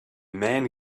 man